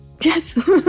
Yes